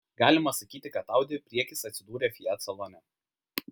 galima sakyti kad audi priekis atsidūrė fiat salone